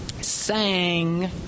sang